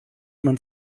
man